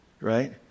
Right